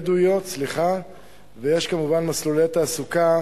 ויש כמובן מסלולי תעסוקה